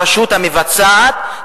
הרשות המבצעת,